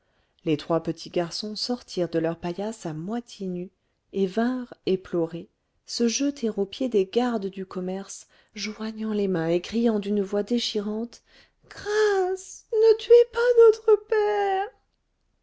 les trois petits garçons sortirent de leur paillasse à moitié nus et vinrent éplorés se jeter aux pieds des gardes du commerce joignant les mains et criant d'une voix déchirante grâce ne tuez pas notre père